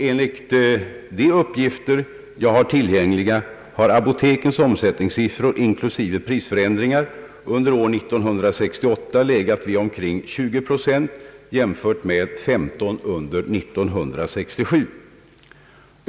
Enligt de uppgifter jag har tillgängliga ligger apotekens omsättningsökning inklusive prisförändringar under år 1968 vid omkring 20 procent jämfört med 15 procent under år 1967.